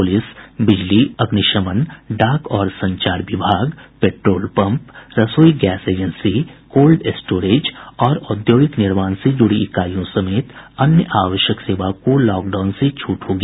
police बिजली आपूर्ति अग्निशमन डाक और संचार विभाग पेट्रोल पम्प रसोई गैस एजेंसी कोल्ड स्टोरेज और औद्योगिक निर्माण से जुड़ी इकाईयों समेत अन्य आवश्यक सेवा को लॉकडाउन से छूट होगी